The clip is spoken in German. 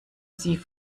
sie